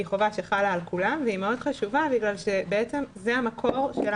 היא חובה שחלה על כולם כי זה אחד המקורות,